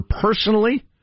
personally